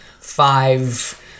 five